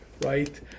right